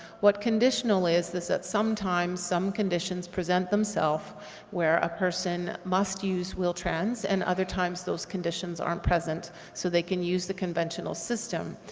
what conditional is, is that sometimes some conditions present themselves where a person must use wheel-trans and other times those conditions aren't present, so they can use the conventional system.